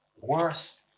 worse